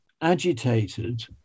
agitated